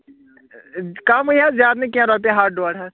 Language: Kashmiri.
کَمٕے حظ زیادٕ نہٕ کینٛہہ رۄپیہِ ہَتھ ڈۄڑ ہَتھ